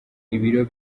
ibiro